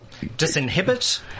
disinhibit